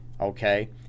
okay